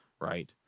right